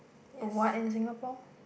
what in Singapore